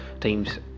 teams